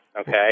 okay